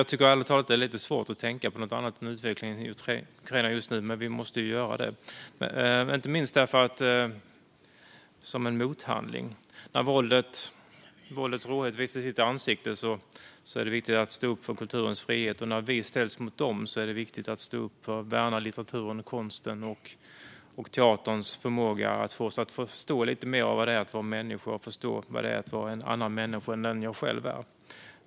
Jag tycker ärligt talat att det är lite svårt att tänka på något annat än utvecklingen i Ukraina just nu. Men vi måste göra det, inte minst som en mothandling. När det råa våldet visar sitt ansikte är det viktigt att stå upp för kulturens frihet, och när vi ställs mot dem är det viktigt att stå upp för och värna litteraturens, konstens och teaterns förmåga att få oss att förstå lite mer av vad det är att vara människa och vad det är att vara en annan människa än den man själv är.